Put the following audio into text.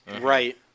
Right